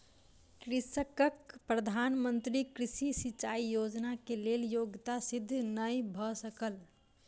कृषकक प्रधान मंत्री कृषि सिचाई योजना के लेल योग्यता सिद्ध नै भ सकल